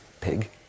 pig